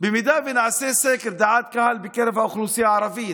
אם נעשה סקר דעת קהל בקרב האוכלוסייה הערבית,